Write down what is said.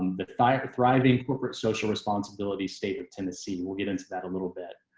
the fire thriving corporate social responsibility state of tennessee. and we'll get into that a little bit.